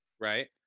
Right